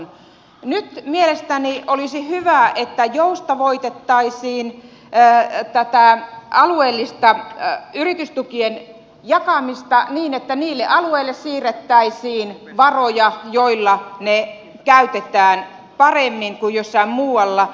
nyt mielestäni olisi hyvä että joustavoitettaisiin tätä alueellista yritystukien jakamista niin että siirrettäisiin varoja niille alueille joilla ne käytetään paremmin kuin jossain muualla